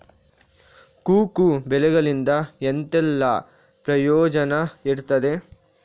Cocoa ಬೆಳೆಗಳಿಂದ ಎಂತೆಲ್ಲ ಪ್ರಯೋಜನ ಇರ್ತದೆ?